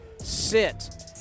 sit